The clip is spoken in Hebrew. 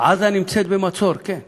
עזה נמצאת במצור, כן.